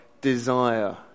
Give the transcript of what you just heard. desire